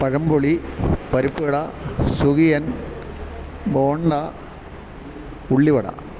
പഴംപൊരി പരിപ്പുവട സുഖിയൻ ബോണ്ട ഉള്ളിവട